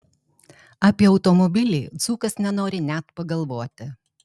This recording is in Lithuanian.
apie automobilį dzūkas nenori net pagalvoti